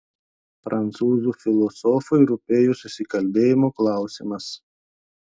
prancūzų filosofui rūpėjo susikalbėjimo klausimas